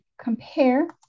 compare